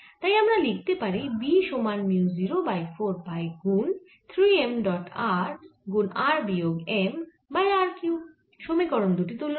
তাই আমরা লিখতে পারি B সমান মিউ 0 বাই 4 পাই গুন 3 m ডট r গুন r বিয়োগ m বাই r কিউব সমীকরণ দুটি তুলনা করে